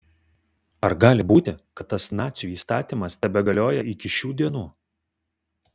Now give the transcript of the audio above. ar gali būti kad tas nacių įstatymas tebegalioja iki šių dienų